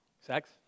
sex